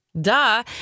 Duh